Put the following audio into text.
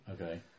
okay